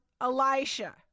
Elisha